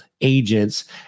agents